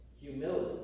humility